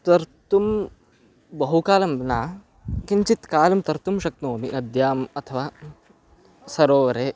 तर्तुं बहुकालं न किञ्चित् कालं तर्तुं शक्नोमि नद्याम् अथवा सरोवरे